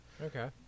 Okay